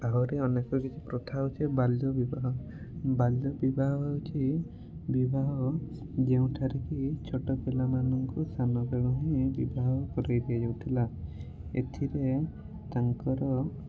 ଆହୁରି ଅନେକ କିଛି ପ୍ରଥା ଅଛି ବାଲ୍ୟବିବାହ ବାଲ୍ୟବିବାହ ହେଉଛି ବିବାହ ଯେଉଁଠାରେ କି ଛୋଟ ପିଲାମାନଙ୍କୁ ସାନବେଳୁ ହିଁ ବିବାହ କରାଇ ଦିଆଯାଉଥିଲା ଏଥିରେ ତାଙ୍କର